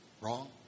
Wrong